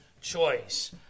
choice